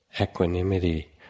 equanimity